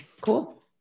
cool